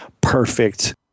perfect